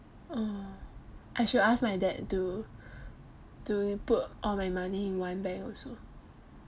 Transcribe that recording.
oh I should ask my dad to to put all my money in one bank also